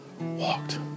walked